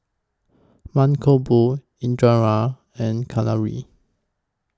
Mankombu Indira and Kalluri